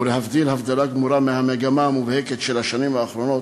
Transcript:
להבדיל הבדלה גמורה מהמגמה המובהקת של השנים האחרונות,